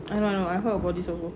I know I know I heard about this also